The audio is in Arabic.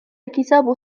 الكتاب